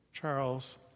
Charles